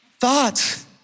Thoughts